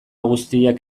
guztiak